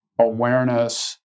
awareness